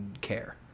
care